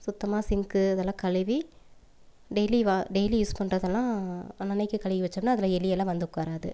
சுத்தமாக சிங்க்கு இதெல்லாம் கழுவி டெய்லி வா டெய்லி யூஸ் பண்ணுறதெல்லாம் அன்னன்னைக்கு கழுவி வச்சோம்ன்னால் அதில் எலியெல்லாம் வந்து உட்காராது